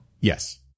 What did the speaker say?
Yes